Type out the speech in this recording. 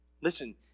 Listen